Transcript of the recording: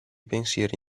pensieri